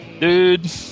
dude